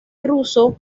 ruso